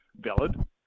valid